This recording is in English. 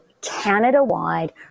Canada-wide